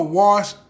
wash